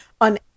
on